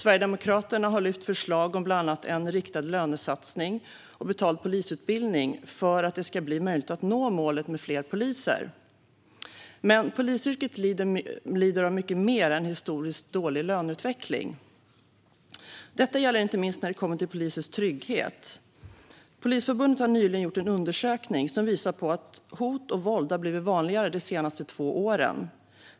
Vi har lagt fram förslag om bland annat en riktad lönesatsning och betald polisutbildning för att det ska bli möjligt att nå målet med fler poliser. Men polisyrket lider av mycket mer än en historiskt dålig löneutveckling. Detta gäller inte minst när det kommer till polisers trygghet. Polisförbundet har nyligen gjort en undersökning som visar på att hot och våld har blivit vanligare de senaste två åren.